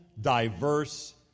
diverse